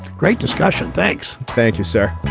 great discussion. thanks. thank you, sir